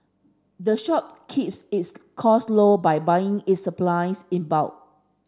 the shop keeps its costs low by buying its supplies in bulk